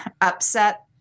upset